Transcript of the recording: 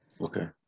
okay